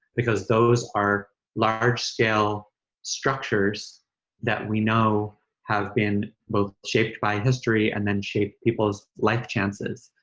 because those are large-scale structures that we know have been both shaped by history and then shape people's life chances,